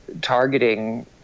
targeting